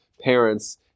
parents